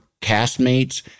castmates